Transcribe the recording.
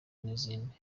n’izindi